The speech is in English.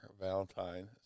Valentine